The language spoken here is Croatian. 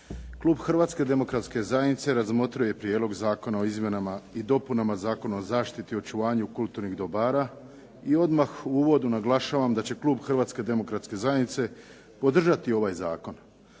Klub Hrvatske demokratske zajednice razmotrio je Prijedlog zakona o izmjenama i dopunama Zakona o zaštiti i očuvanju kulturnih dobara i odmah u uvodu naglašavam da će klub Hrvatske demokratske zajednice podržati ovaj zakon.